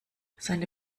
seine